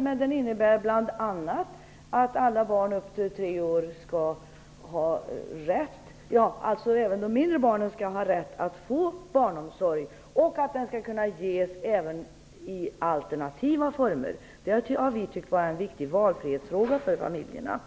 Men den innebär bl.a. att alla barn, även de mindre barnen, skall ha rätt att få barnomsorg och att den skall kunna ges även i alternativa former. Det har vi tyckt vara en viktig valfrihetsfråga för familjerna.